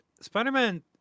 Spider-Man